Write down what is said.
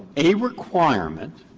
any requirement